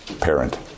parent